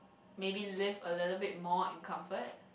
maybe live a little bit more in comfort